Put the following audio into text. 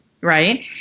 right